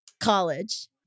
college